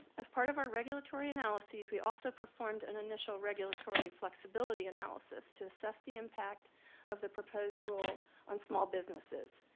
as part of our regulatory analyses, we also performed an initial regulatory flexibility analysis to assess the impact of the proposed rule on small business.